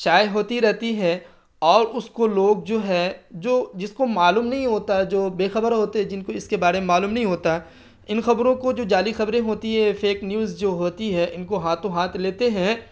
شائع ہوتی رہتی ہے اور اس کو لوگ جو ہے جو جس کو معلوم نہیں ہوتا جو بے خبر ہوتے جن کو اس کے بارے میں معلوم نہیں ہوتا ہے ان خبروں کو جو جعلی خبریں ہوتی ہے فیک نیوز جو ہوتی ہے ان کو ہاتھوں ہاتھ لیتے ہیں